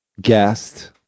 guest